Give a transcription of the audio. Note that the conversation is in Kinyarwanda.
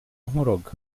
nkuroga